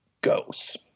goes